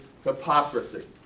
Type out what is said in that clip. hypocrisy